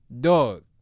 Dog